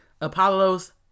Apollos